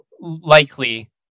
likely